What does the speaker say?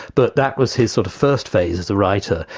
but that was his sort of first phase as a writer.